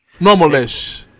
Normalish